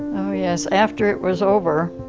oh yes, after it was over,